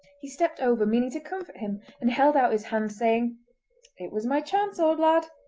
he stepped over meaning to comfort him, and held out his hand, saying it was my chance, old lad.